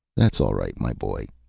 that's all right, my boy,